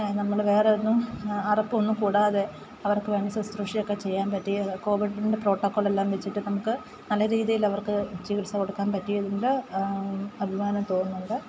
നമ്മൾ വേറെയൊന്നും അറപ്പൊന്നും കൂടാതെ അവർക്ക് വേണ്ട ശുശ്രൂഷയൊക്കെ ചെയ്യാൻ പറ്റിയത് കോവിഡിൻ്റെ പ്രോട്ടോകോളെല്ലാം വെച്ചിട്ട് നമുക്ക് നല്ല രീതിയിൽ അവർക്കു ചികിത്സ കൊടുക്കാൻ പറ്റിയതുകൊണ്ട് അഭിമാനം തോന്നുന്നുണ്ട്